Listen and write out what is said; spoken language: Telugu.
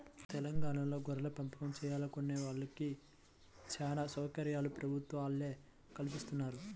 తెలంగాణాలో గొర్రెలపెంపకం చేయాలనుకునే వాళ్ళకి చానా సౌకర్యాలు ప్రభుత్వం వాళ్ళే కల్పిత్తన్నారు